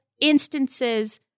Instances